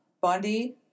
Bundy